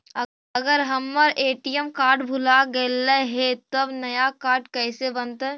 अगर हमर ATM card भुला गैलै हे तब नया काड कइसे बनतै?